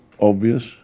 obvious